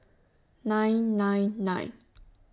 nine nine nine